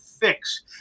fix